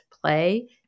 play